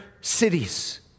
cities